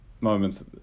moments